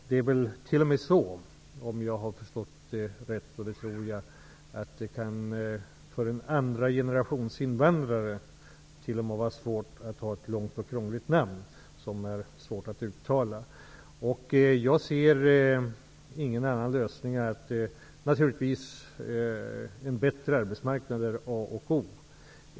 Det är väl t.o.m. så -- om jag har förstått saken rätt, och det tror jag att jag har gjort -- att det för andra generationens invandrare kan innebära svårigheter att ha ett namn som är långt och krångligt och som det är svårt att uttala. Jag ser ingen annan lösning än att vi får en bättre arbetsmarknad. Det är A och O.